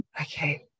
okay